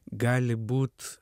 gali būt